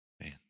Man